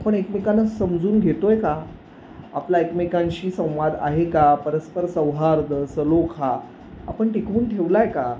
आपण एकमेकांना समजून घेतो आहे का आपला एकमेकांशी संवाद आहे का परस्पर सौहार्द सलोखा हा आपण टिकवून ठेवला आहे का